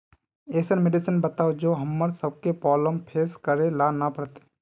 ऐसन मेडिसिन बताओ जो हम्मर सबके प्रॉब्लम फेस करे ला ना पड़ते?